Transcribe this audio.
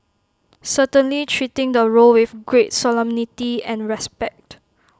certainly treating the role with great solemnity and respect